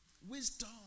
Wisdom